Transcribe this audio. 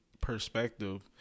perspective